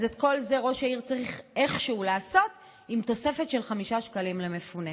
אז את כל זה ראש העיר צריך איכשהו לעשות עם תוספת של 5 שקלים למפונה.